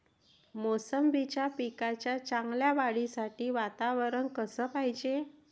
मोसंबीच्या पिकाच्या चांगल्या वाढीसाठी वातावरन कस पायजे?